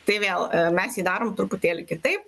tai vėl mes jį darom truputėlį kitaip